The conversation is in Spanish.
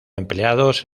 empleados